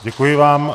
Děkuji vám.